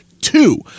Two